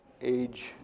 age